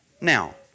Now